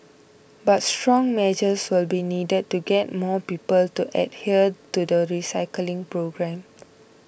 but stronger measures will be needed to get more people to adhere to the recycling program